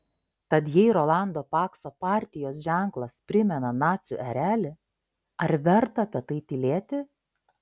tad jei rolando pakso partijos ženklas primena nacių erelį ar verta apie tai tylėti